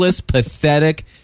pathetic